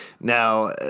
Now